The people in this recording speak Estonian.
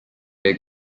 jäi